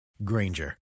Granger